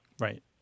Right